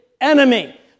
enemy